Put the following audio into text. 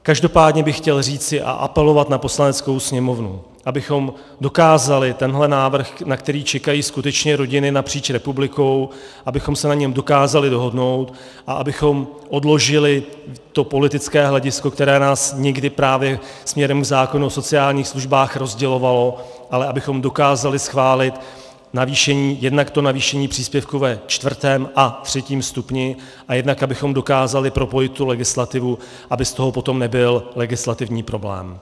Každopádně bych chtěl říci a apelovat na Poslaneckou sněmovnu, abychom dokázali tenhle návrh, na který čekají skutečně rodiny napříč republikou, abychom se na něm dokázali dohodnout a abychom odložili politické hledisko, které nás někdy právě směrem k zákonu o sociálních službách rozdělovalo, ale abychom dokázali schválit navýšení, jednak navýšení příspěvku ve čtvrtém a třetím stupni a jednak abychom dokázali propojit tu legislativu, aby z toho potom nebyl legislativní problém.